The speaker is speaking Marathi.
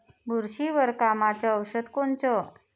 बुरशीवर कामाचं औषध कोनचं?